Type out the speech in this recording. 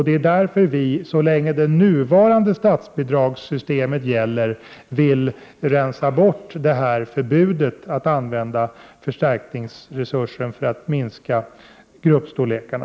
Det är därför vi så länge det nuvarande statsbidragssystemet gäller vill rensa bort förbudet att använda förstärkningsresursen för att minska gruppstorlekarna.